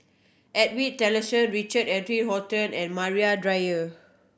Edwin Tessensohn Richard Eric Holttum and Maria Dyer